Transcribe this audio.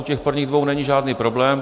U těch prvních dvou není žádný problém.